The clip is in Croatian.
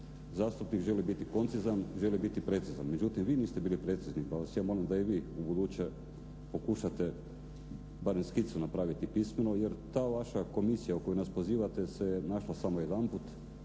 Zastupnik želi biti koncizan, želi biti precizan, međutim vi niste bili precizni, pa vas ja molim da i vi ubuduće pokušate barem skicu napraviti pismeno jer ta vaša komisija u koju nas pozivate se našla samo jedanput